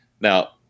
Now